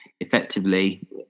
effectively